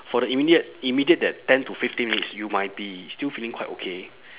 for the immediate immediate that ten to fifteen minutes you might be still feeling quite okay